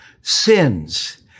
sins